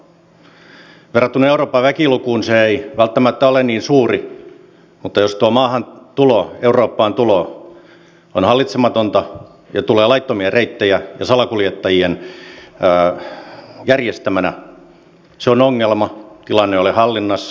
verrattuna euroopan väkilukuun se ei välttämättä ole niin suuri mutta jos tuo maahantulo eurooppaan tulo on hallitsematonta ja tulee laittomia reittejä ja salakuljettajien järjestämänä se on ongelma tilanne ei ole hallinnassa